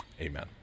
amen